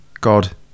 God